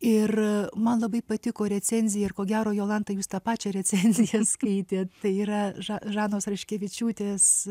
ir man labai patiko recenzija ir ko gero jolanta jūs tą pačią recenziją skaitėt tai yra ža žanos raškevičiūtės